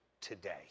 today